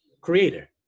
creator